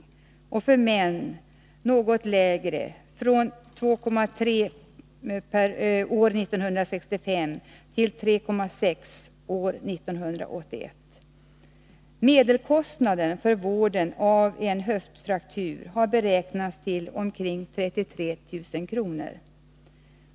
För män ligger siffrorna något lägre — från 2,3 fall år 1965 till 3,6 år 1981. Medelkostnaden för vården av en höftfraktur har beräknats till omkring 33 000 kr.